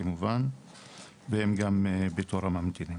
כמובן והם גם בתור הממתינים.